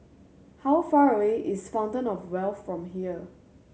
how far away is Fountain Of Wealth from here